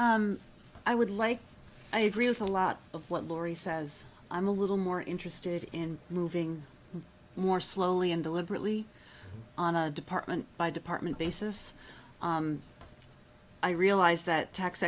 yeah i would like i agree with a lot of what laurie says i'm a little more interested in moving more slowly and deliberately on a department by department basis i realize that tax